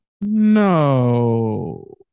No